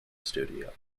studio